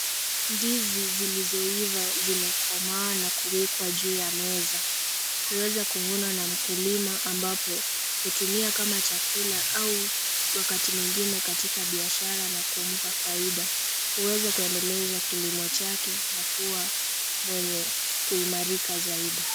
Ndizi zilizoiva zimekomaa na kuwekwa juu ya meza. Huweza kuvunwa na mkulima ambapo hutumia kama chakula au wakati mwingine katika biashara na kumpa faida. Huweza kuendeleza kilimo chake na kuwa mwenye kuimarika zaidi.